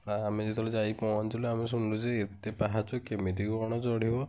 ଆ ଆମେ ଯେତେବେଳେ ଯାଇକି ପହଞ୍ଚିଲୁ ଆମେ ଶୁଣିଲୁ ଯେ ଏତେ ପାହାଚ କେମିତି କଣ ଚଢ଼ିବ